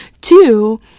Two